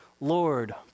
Lord